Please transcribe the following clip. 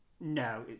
No